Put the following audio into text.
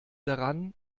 daran